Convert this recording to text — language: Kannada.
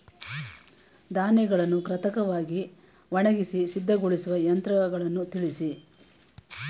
ಧಾನ್ಯಗಳನ್ನು ಕೃತಕವಾಗಿ ಒಣಗಿಸಿ ಸಿದ್ದಗೊಳಿಸುವ ಯಂತ್ರಗಳನ್ನು ತಿಳಿಸಿ?